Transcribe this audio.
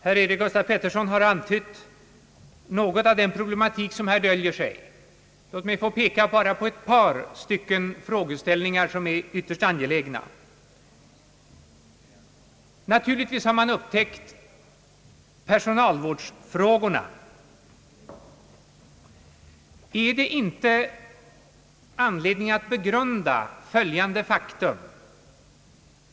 Herr Eric Gustaf Peterson har antytt något av den problematik som här döljer sig. Låt mig få peka på ytterligare ett par saker som är ytterst angelägna. Naturligtvis har man upptäckt vårdpersonalsfrågorna. Är det inte anledning att begrunda följande faktum?